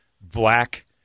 black